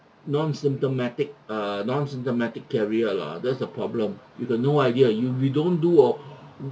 non-symptomatic err non-symptomatic carrier lah that's the problem you got no idea ya we don't do a